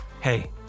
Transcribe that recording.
Hey